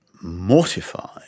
mortified